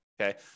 okay